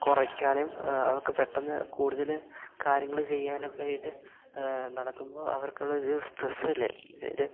കുറയ്ക്കാനും അവർക്ക് പെട്ടെന്ന് കൂടുതൽ കാര്യങ്ങൾ ചെയ്യാനൊക്കെ ആയിട്ട് നടക്കുമ്പോൾ അവർക്കുള്ളൊരു സ്ട്രെസ്സ് ഇല്ലേ ഒരു